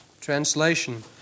Translation